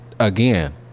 again